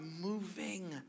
moving